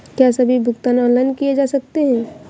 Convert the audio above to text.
क्या सभी भुगतान ऑनलाइन किए जा सकते हैं?